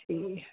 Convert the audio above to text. ठीक ऐ